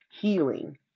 healing